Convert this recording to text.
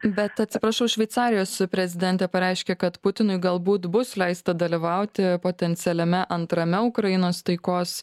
bet atsiprašau šveicarijos prezidentė pareiškė kad putinui galbūt bus leista dalyvauti potencialiame antrame ukrainos taikos